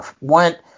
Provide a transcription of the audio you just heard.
went